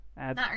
add